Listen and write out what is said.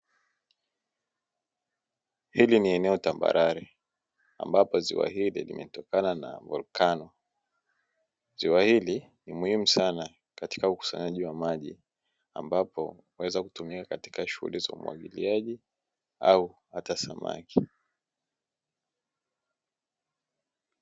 Hili ni eneo tambarare ambapo ziwa hili limetokana na volkano, ziwa hili ni muhimu sana katika ukusanyaji wa maji ambapo waweza kutumia katika shughuli za umwagiliaji au hata samaki.